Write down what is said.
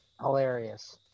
hilarious